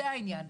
זה העניין,